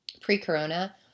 pre-Corona